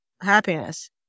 happiness